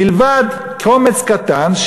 מלבד קומץ קטן,